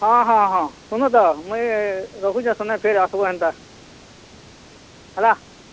ହଁ ହଁ ହଁ ଶୁନତ ମୁଇଁ ରହୁଛେ ସୁନେ ଫିର୍ ଆସିବ ହେନ୍ତା ହେଲା ହଁ